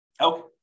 Okay